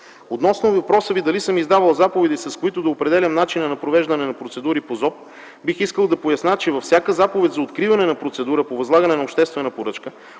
Относно въпроса Ви дали съм издавал заповеди, с които да определям начина на провеждане на процедури по Закона за обществените поръчки, бих искал да поясня, че във всяка заповед за откриване на процедура по възлагане на обществена поръчка,